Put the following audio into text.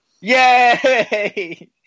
Yay